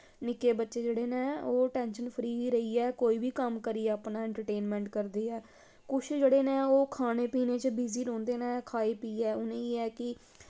निक्के बच्चे जेह्ड़े न ओह् टैंशन फ्री रेहियै कोई बी कम्म करियै अपना एन्टरटेनमैंट करदे ऐ कुछ जेह्ड़े ऐ ओह् खाने पीने च बिज़ी रौंह्दे नै खाई पीऐ उनें एह् ऐ कि